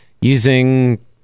using